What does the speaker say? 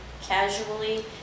casually